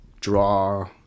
draw